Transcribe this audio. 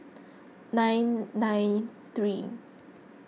nine nine three